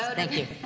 ah thank you.